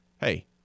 hey